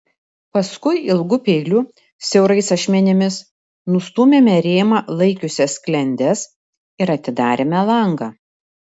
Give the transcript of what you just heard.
paskui ilgu peiliu siaurais ašmenimis nustūmėme rėmą laikiusias sklendes ir atidarėme langą